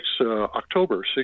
October